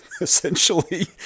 essentially